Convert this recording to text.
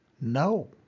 no